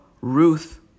Ruth